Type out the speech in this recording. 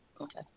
Okay